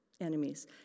enemies